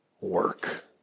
work